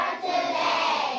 today